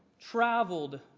traveled